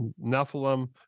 Nephilim